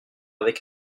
avec